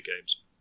games